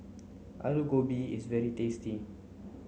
Alu Gobi is very tasty